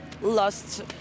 lost